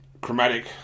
chromatic